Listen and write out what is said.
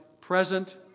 present